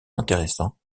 intéressant